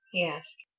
he asked.